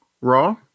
Raw